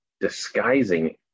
disguising